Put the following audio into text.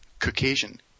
Caucasian